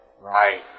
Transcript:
Right